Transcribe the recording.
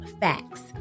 facts